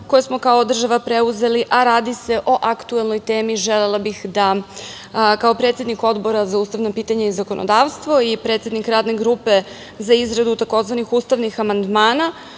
koje smo kao država preuzeli, a radi se o aktuelnoj temi, želela bih da kao predsednik Odbora za ustavna pitanja i zakonodavstvo i predsednik Radne grupe za izradu tzv. ustavnih amandmana,